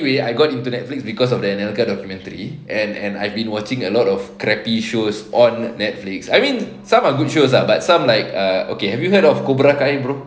I got into Netflix cause of that anelka documentary and and I've been watching a lot of crappy shows on Netflix I mean some are good shows lah but some like err okay have you heard of cobra kai bro